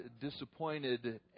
disappointed